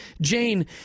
Jane